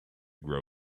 grow